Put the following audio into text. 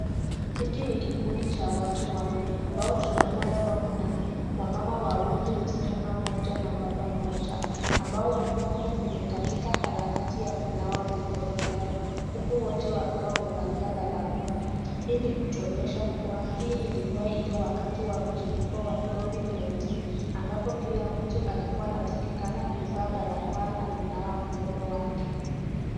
Hiki ni kikundi cha watu wanne ambao tunaona kuwa kuna wamama wawili, msichana mmoja na mbaba mmoja, ambao wako kwenye katika harakati ya kunawa mikono vyao huku wote wakiwa wamevalia barakoa. Hii ni kutuonyesha kuwa hii ilikuwa ile wakati wa mchipuko wa Covid-19 ambapo kila mtu alikuwa anatakikana kuvaa barakaoa na kunawa mkono wake.